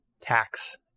tax